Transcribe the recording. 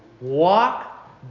Walk